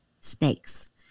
snakes